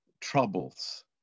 troubles